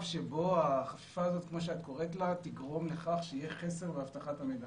שבו החפיפה הזאת תגרום לכך שיהיה חסר באבטחת המידע.